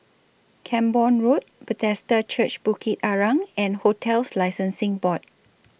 Camborne Road Bethesda Church Bukit Arang and hotels Licensing Board